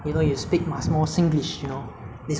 one or two times ah so I I don't even know where they go